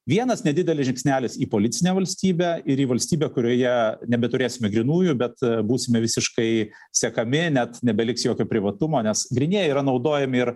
vienas nedidelis žingsnelis į policinę valstybę ir į valstybę kurioje nebeturėsime grynųjų bet būsime visiškai sekami net nebeliks jokio privatumo nes grynieji yra naudojami ir